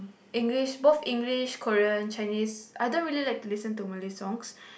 English both English Korean Chinese I don't really like to listen to Malay songs